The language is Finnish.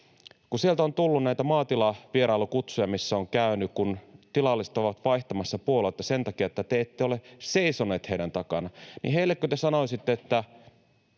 Sieltä on tullut näitä maatilavierailukutsuja, ja olen siellä käynyt. Kun tilalliset ovat vaihtamassa puoluetta sen takia, että te ette ole seisonut heidän takanaan, niin heillekö te sanoisitte, että